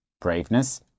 braveness